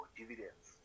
dividends